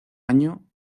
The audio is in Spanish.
año